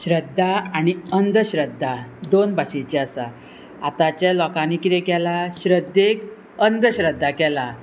श्रद्धा आनी अंधश्रद्धा दोन भाशेचे आसा आतांच्या लोकांनी कितें केला श्रद्धेक अंधश्रद्धा केला